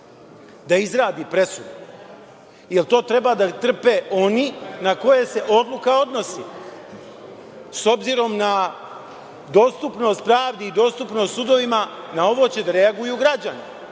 da izradi presudu? Da li to treba da trpe oni na koje se odluka odnosi? S obzirom na dostupnost pravdi i dostupnost sudovima, na ovo će da reaguju građani,